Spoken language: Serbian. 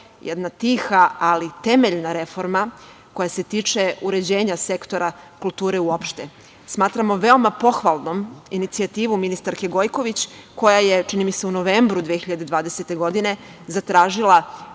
jedna tiha, ali temeljna reforma koja se tiče uređenja sektora kulture uopšte. Smatramo veoma pohvalnom inicijativu ministarke Gojković koja je, čini mi se u novembru 2020. godine, zatražila